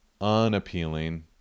unappealing